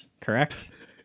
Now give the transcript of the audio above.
correct